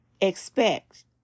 expect